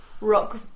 rock